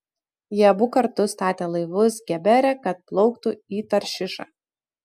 jie abu kartu statė laivus gebere kad plauktų į taršišą